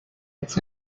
its